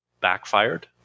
backfired